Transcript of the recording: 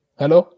hello